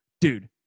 Dude